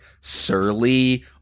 surly